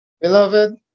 Beloved